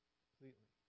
completely